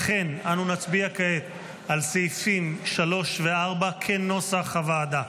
לכן אנו נצביע כעת על סעיפים 3 ו-4, כנוסח הוועדה.